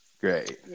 Great